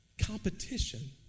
competition